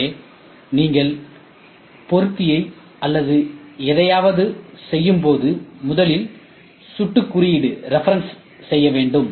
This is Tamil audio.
எனவேநீங்கள் பொருத்தியை அல்லது எதையாவது செய்யும் போது முதலில் சுட்டுக்குறியீடு செய்ய வேண்டும்